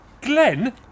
Glenn